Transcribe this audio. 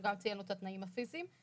גם ציינו את התנאים הפיזיים.